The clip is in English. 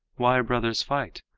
why brothers fight?